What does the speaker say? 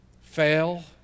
fail